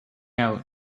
out